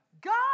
God